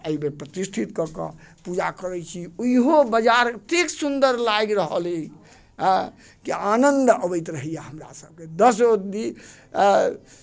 एहि बेर प्रतिष्ठित कऽकऽ पूजा करै छी इहो बजार अतेक सुन्दर लागि रहल अछि हँ कि आनन्द अबैत रहैया हमरा सभके दसो दिन